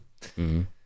-hmm